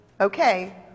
Okay